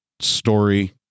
story